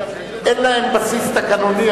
אין להן בסיס תקנוני,